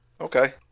Okay